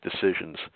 decisions